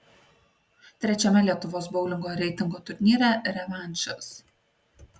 trečiame lietuvos boulingo reitingo turnyre revanšas